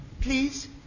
Please